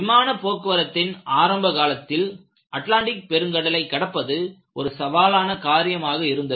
விமானப் போக்குவரத்தின் ஆரம்பகாலத்தில் அட்லாண்டிக் பெருங்கடலை கடப்பது ஒரு சவாலான காரியமாக இருந்தது